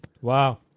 Wow